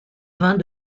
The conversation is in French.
vin